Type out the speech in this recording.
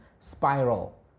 spiral